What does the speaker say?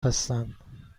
هستند